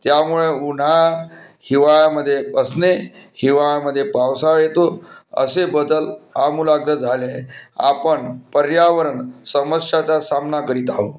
त्यामुळे उन्हाळा हिवाळ्यामध्ये असणे हिवाळ्यामध्ये पावसाळा येतो असे बदल आमूलाग्र झाले आहे आपण पर्यावरण समस्याचा सामना करीत आहो